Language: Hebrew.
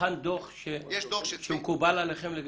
הוכן דוח שמקובל עליכם?